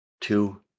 two